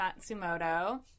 Matsumoto